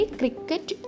cricket